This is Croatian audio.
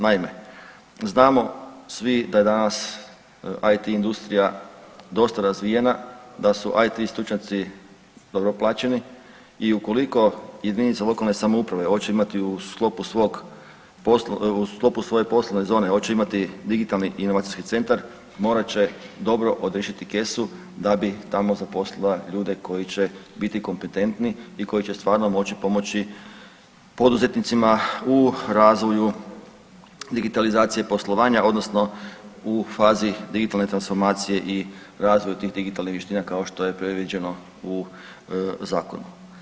Naime, znamo svi da je danas IT industrija dosta razvijena, da su IT stručnjaci dobro plaćeni i ukoliko JLS oće imati u sklopu svoje poslovne zone oće imati digitalni inovacijski centar morat će dobro odriješiti kesu da bi tamo zaposlila ljude koji će biti kompetentni i koji će stvarno moći pomoći poduzetnicima u razvoju digitalizacije poslovanja odnosno u fazi digitalne transformacije i razvoju tih digitalnih vještina kao što je predviđeno u zakonu.